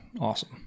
awesome